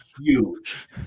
Huge